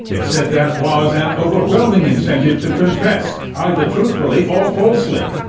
it said that was an overwhelming incentive to confess, either truthfully or falsely.